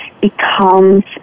becomes